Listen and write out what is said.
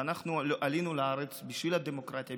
ואנחנו עלינו לארץ בשביל הדמוקרטיה,